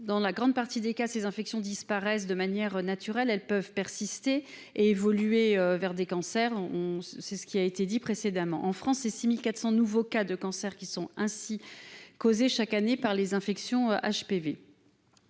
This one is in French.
dans la grande partie des cas, ces infections disparaissent de manière naturelle, elles peuvent persister et évoluer vers des cancers. En France, 6 400 nouveaux cas de cancer sont ainsi causés, chaque année, par les infections HPV.